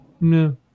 no